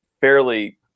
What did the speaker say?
fairly